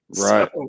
Right